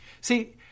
See